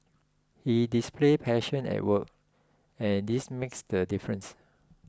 he displays passion at work and this makes the difference